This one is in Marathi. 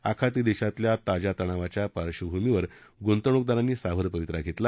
आखाती देशातल्या ताज्या तणावाच्या पार्श्वभूमीवर गृंतवणूकदारांनी सावध पवित्रा घेतला